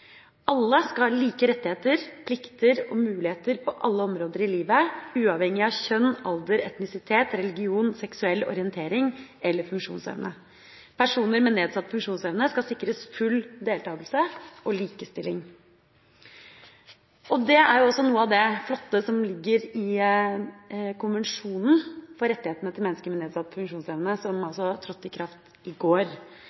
Alle skal ha like rettigheter, plikter og muligheter på alle områder i livet, uavhengig av kjønn, alder, etnisitet, religion, seksuell orientering eller funksjonsevne. Personer med nedsatt funksjonsevne skal sikres full deltakelse og likestilling. Det er også noe av det flotte som ligger i konvensjonen om rettighetene til mennesker med nedsatt funksjonsevne, som